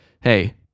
hey